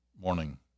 morning